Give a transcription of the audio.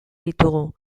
ditugu